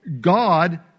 God